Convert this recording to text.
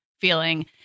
feeling